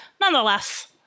nonetheless